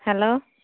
hello